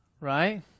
right